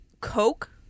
Coke